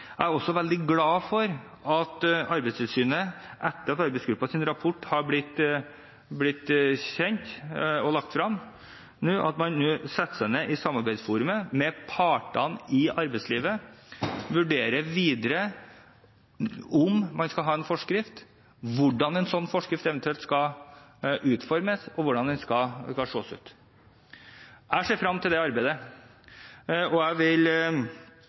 Jeg er også veldig glad for at Arbeidstilsynet nå etter at arbeidsgruppens rapport har blitt lagt fram, setter seg ned i samarbeidsforumet med partene i arbeidslivet for å vurdere videre om man skal ha en forskrift, hvordan en eventuell forskrift skal utformes, og hvordan den skal se ut. Jeg ser frem til det arbeidet. Jeg synes det er positivt at man legger opp til en sånn videre oppfølging, og